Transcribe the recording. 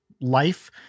life